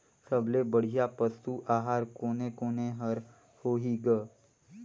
सबले बढ़िया पशु आहार कोने कोने हर होही ग?